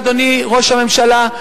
אדוני ראש הממשלה,